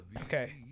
Okay